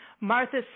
Martha